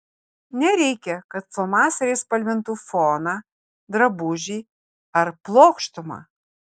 nereikia kad flomasteriais spalvintų foną drabužį ar plokštumą